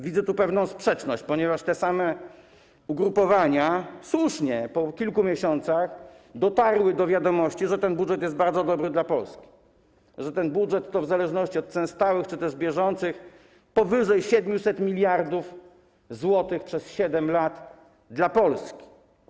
Widzę tu pewną sprzeczność, ponieważ te same ugrupowania - słusznie - po kilku miesiącach dotarły do wiadomości o tym, że ten budżet jest bardzo dobry dla Polski, że ten budżet to w zależności od cen stałych czy też bieżących kwota powyżej 700 mld zł przez 7 lat dla Polski.